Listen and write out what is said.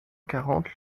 quarante